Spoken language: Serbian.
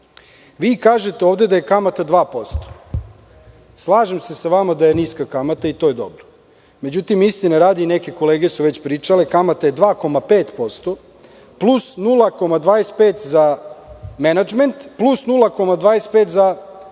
Kažete ovde da je kamata 2%. Slažem se sa vama da je niska kamata i to je dobro. Međutim, istine radi, neke kolege su već pričale, kamata je 2,5%, plus 0,25% za menadžment, plus 0,25% za